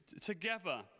together